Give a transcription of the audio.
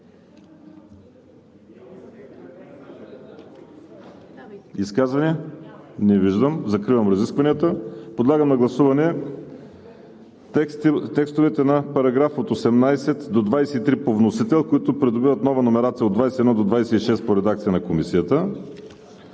Изказвания? Не виждам. Закривам разискванията. Подлагам на гласуване: текстовете на параграфи 18 – 23 по вносител, които придобиват нова номерация, параграфи 21 – 26 по редакция на Комисията;